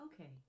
Okay